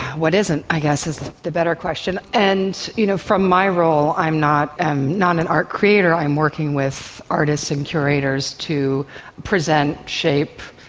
what isn't i guess is the better question. and you know from my role, i'm not an not an art creator, i'm working with artists and curators to present, shape,